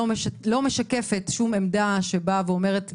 לא משקפת שום עמדה שבאה ואומרת,